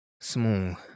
small